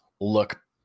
look